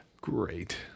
Great